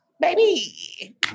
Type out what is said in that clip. Baby